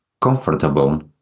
comfortable